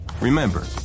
Remember